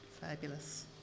Fabulous